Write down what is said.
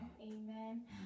Amen